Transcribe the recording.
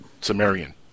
Sumerian